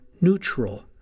neutral